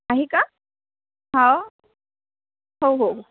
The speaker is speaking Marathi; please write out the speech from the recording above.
आहे का हो हो हो